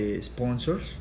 sponsors